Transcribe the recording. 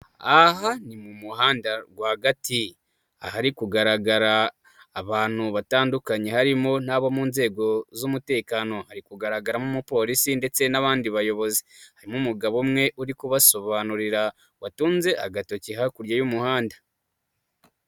Aha ni mu muhanda rwagati, ahari kugaragara abantu batandukanye harimo n'abo mu nzego z'umutekano hari kugaragaramo umupolisi ndetse n'abandi bayobozi, harimo umugabo umwe uri kubasobanurira, watunze agatoki hakurya y'umuhanda.